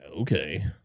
okay